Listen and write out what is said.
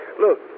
Look